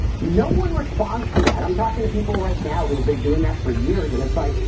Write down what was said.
no one responds to that, i'm talking to people right now who have been doing that for years and it's, like,